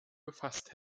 gefasst